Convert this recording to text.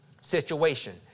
situation